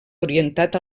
orientat